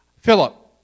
Philip